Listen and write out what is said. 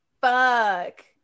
fuck